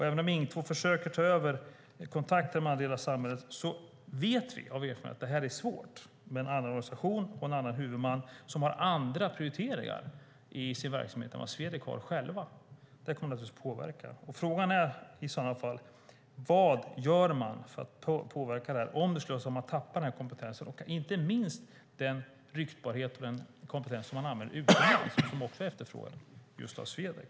Även om Ing 2 försöker ta över kontakten med den här delen av samhället vet vi av erfarenhet att det är svårt med en annan organisation och en annan huvudman som har andra prioriteringar i sin verksamhet än vad Swedec har. Det kommer naturligtvis att påverka. Frågan är: Vad gör man för att påverka detta om man tappar Swedecs kompetens, som inte minst efterfrågas utomlands?